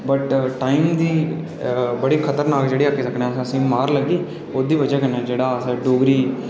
but time दी बड़ी खतरनाक जेह्ड़ी अस आक्खी सकने आं असें गी मार लग्गी ओह्दी बजह कन्नै जेह्ड़ा अस अपनी